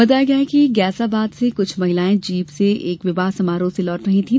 बताया गया है कि गैसाबाद से कुछ महिलायें जीप से एक विवाह समारोह से लौट रही थीं